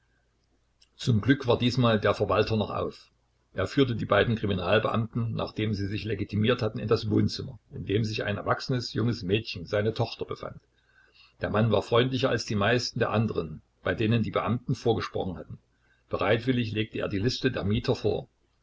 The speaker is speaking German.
zum glück war diesmal der verwalter noch auf er führte die beiden kriminalbeamten nachdem sie sich legitimiert hatten in das wohnzimmer in dem sich ein erwachsenes junges mädchen seine tochter befand der mann war freundlicher als die meisten der anderen bei denen die beamten vorgesprochen hatten bereitwillig legte er die liste der mieter vor